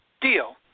deal